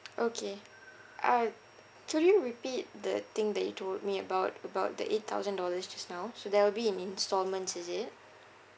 okay uh could you repeat the thing that you told me about about the eight thousand dollars just now so that will be in installments is it